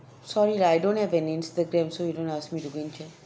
sorry lah I don't have an instagram so you don't ask me to go and check